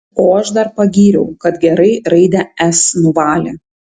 o aš dar pagyriau kad gerai raidę s nuvalė